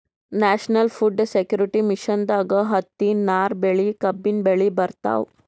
national food security ಮಿಷನ್ದಾಗ್ ಹತ್ತಿ, ನಾರ್ ಬೆಳಿ, ಕಬ್ಬಿನ್ ಬೆಳಿ ಬರ್ತವ್